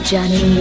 Johnny